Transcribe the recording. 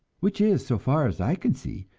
which is, so far as i can see,